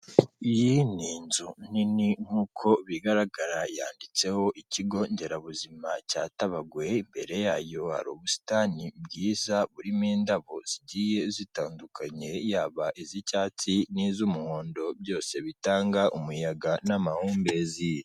Iyi ni inzu nini nk'uko bigaragara yanditseho ikigo nderabuzima cya Tabagwe, imbere yayo hari ubusitani bwiza burimo indabo zigiye zitandukanye, yaba iz'icyatsi n'iz'umuhondo byose bitanga umuyaga n'amahumbezi.